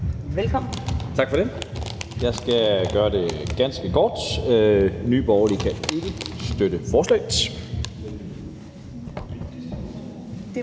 (NB): Tak for det. Jeg skal gøre det ganske kort. Nye Borgerlige kan ikke støtte forslaget.